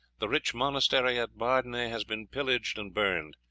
the rich monastery of bardenay has been pillaged and burned.